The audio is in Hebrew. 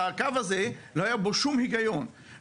לא היה שום היגיון בקו הזה,